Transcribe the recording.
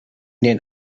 den